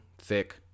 thick